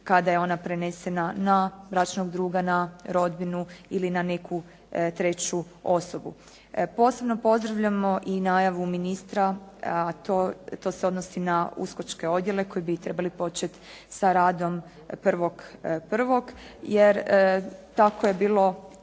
kada je ona prenesena na bračnog druga, na rodbinu ili na neku treću osobu. Posebno pozdravljamo i najavu ministra, a to se odnosi na uskokčke odjele koji bi trebali početi sa radom 1.1. jer tako je bilo